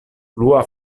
plua